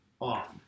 off